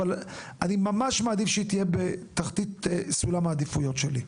אבל אני ממש מעדיף שהיא תהיה בתחתית סולם העדיפויות שלי.